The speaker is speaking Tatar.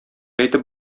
әйтеп